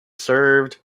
served